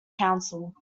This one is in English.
council